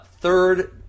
third